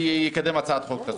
ויקדם הצעת חוק כזאת.